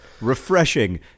refreshing